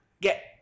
get